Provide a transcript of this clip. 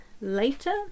later